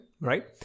right